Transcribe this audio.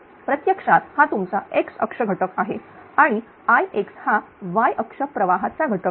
प्रत्यक्षात हा तुमचा x अक्ष घटक आहे आणि Ix हा y अक्ष प्रवाहाचा घटक आहे